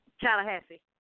Tallahassee